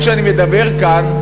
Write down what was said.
כשאני מדבר כאן,